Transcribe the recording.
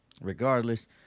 regardless